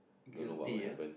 guilty ah